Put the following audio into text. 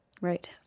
Right